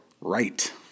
Right